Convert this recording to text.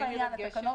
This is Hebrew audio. לצורך העניין,